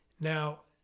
now,